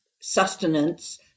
sustenance